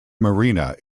marina